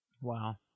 Wow